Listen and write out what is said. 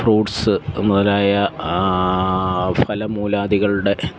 fruits മുതലായ ഫലമൂലാദികളുടെ